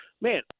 Man